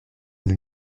nous